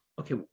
Okay